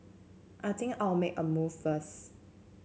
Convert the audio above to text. I think I'll make a move first